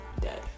Dead